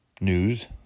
news